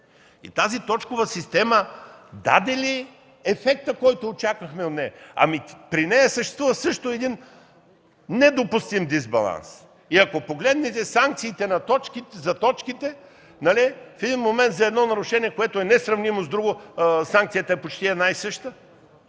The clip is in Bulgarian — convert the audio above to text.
Тази точкова система даде ли ефекта, който очаквахме от нея? При нея съществува също един недопустим дисбаланс. Ако погледнете санкциите за точките, в един момент за едно нарушение, което е несравнимо с друго, санкцията е почти една и съща.